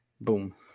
Boom